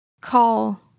Call